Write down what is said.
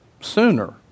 sooner